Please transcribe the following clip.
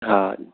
हा